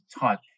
type